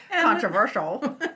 Controversial